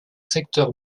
secteur